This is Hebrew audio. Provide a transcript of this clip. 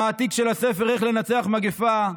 המעתיק של הספר "איך לנצח מגפה",